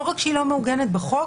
לא רק שהיא לא מעוגנת בחוק,